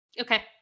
okay